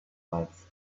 lights